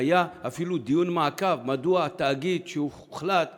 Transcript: היה אפילו דיון מעקב מדוע התאגיד שהוחלט עליו,